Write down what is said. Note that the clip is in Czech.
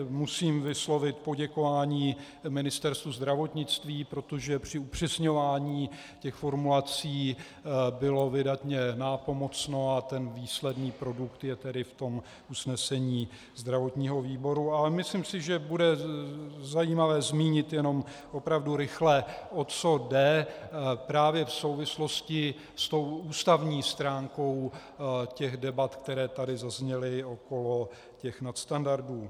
Musím vyslovit poděkování Ministerstvu zdravotnictví, protože při upřesňování formulací bylo vydatně nápomocno, a výsledný produkt je tedy v usnesení zdravotního výboru, ale myslím si, že bude zajímavé zmínit jenom opravdu rychle, o co jde, právě v souvislosti s ústavní stránkou debat, které tady zazněly okolo nadstandardů.